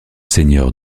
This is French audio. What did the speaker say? seigneurs